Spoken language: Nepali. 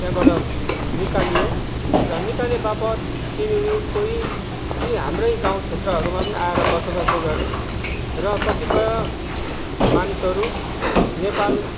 त्यहाँबाट निकाल्यो र निकाले बापत तिनीहरू कोही यी हाम्रै गाउँ क्षेत्रहरूमा पनि आएर बसोबास गरे र कतिपय मानिसहरू नेपाल